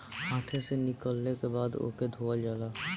हाथे से निकलले के बाद ओके धोवल जाला